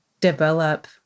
develop